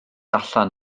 allan